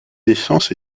naissance